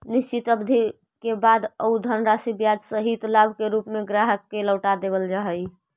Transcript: निश्चित अवधि के बाद उ धनराशि ब्याज सहित लाभ के रूप में ग्राहक के लौटा देवल जा हई